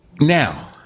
Now